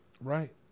Right